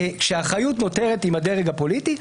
כשאחריות נותרת עם הדרג הפוליטי,